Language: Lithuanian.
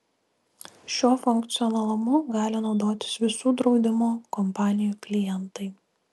šiuo funkcionalumu gali naudotis visų draudimo kompanijų klientai